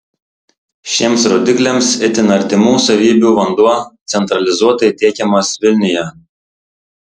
šiems rodikliams itin artimų savybių vanduo centralizuotai tiekiamas vilniuje